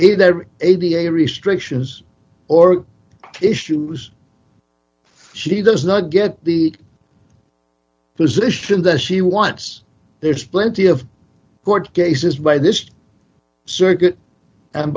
either a b a restrictions or issues she does not get the position that she wants there's plenty of court cases by this circuit and